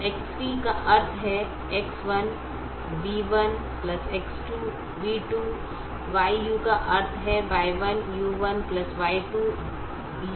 तो Xv का अर्थ है X1 v1 X2 v2 Yu का अर्थ है Y1 u1 Y2 u2